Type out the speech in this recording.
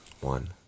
One